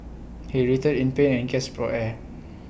he writhed in pain and gasped for air